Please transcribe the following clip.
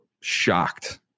shocked